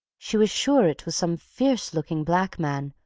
she was sure it was some fierce-looking black man,